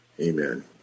Amen